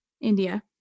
India